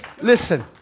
listen